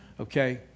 Okay